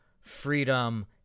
freedom